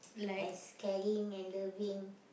as caring and loving